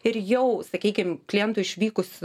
ir jau sakykim klientui išvykus